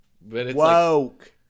Woke